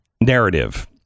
narrative